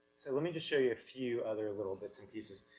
so let me just show you a few other little bits and pieces,